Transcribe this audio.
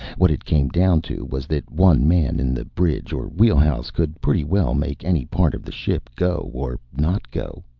what it came down to was that one man in the bridge or wheelhouse could pretty well make any part of the ship go or not go.